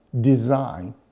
design